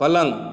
पलङ्ग